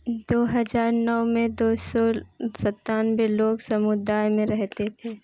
दो हज़ार नौ में दो सौ सत्तानवे लोग समुदाय में रहते थे